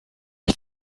ich